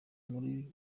buri